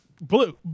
Blue